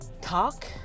talk